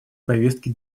повестки